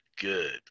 good